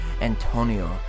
Antonio